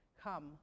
Come